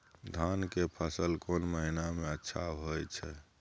धान के फसल कोन महिना में अच्छा होय छै?